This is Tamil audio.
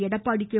எடப்பாடி கே